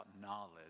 knowledge